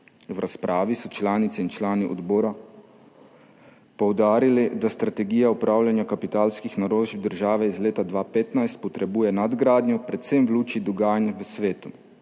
V razpravi so članice in člani odbora poudarili, da strategija upravljanja kapitalskih naložb države iz leta 2015 potrebuje nadgradnjo, predvsem v luči dogajanj v svetu.